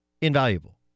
Invaluable